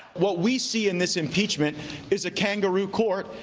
what we see in this impeachment is a kangaroo court,